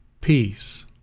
peace